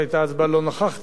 אבל הייתי באותה דעה,